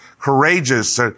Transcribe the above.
courageous